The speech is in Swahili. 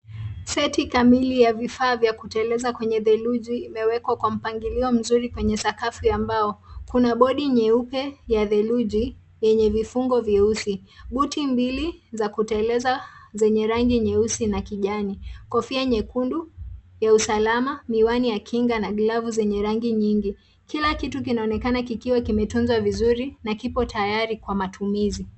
Seti kamili ya vifaa vya kuteleza kwenye theluji imewekwa kwa mpangilio mzuri kwenye sakafu ya mbao. Kuna bodi nyeupe ya theluji yenye vifungo vyeusi, buti mbili za kuteleza zenye rangi nyeusi na kijani, kofia nyekundu ya usalama, miwani ya kinga na glavu zenye rangi nyingi. Kila kitu kinaonekana kikiwa kimetunzwa vizuri na kipo tayari kwa matumizi.